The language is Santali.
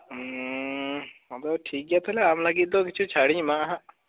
ᱟᱫᱚ ᱴᱷᱤᱠ ᱜᱮᱭᱟ ᱛᱟᱦᱚᱞᱮ ᱟᱢ ᱞᱟᱹᱜᱤᱫ ᱫᱚ ᱠᱤᱪᱷᱩ ᱪᱷᱟᱲᱤᱧ ᱮᱢᱟᱜᱼᱟ ᱦᱟᱜ